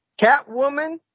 Catwoman